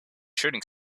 shooting